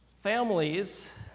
families